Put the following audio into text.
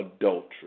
adultery